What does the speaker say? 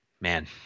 man